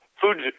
Food